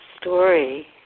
story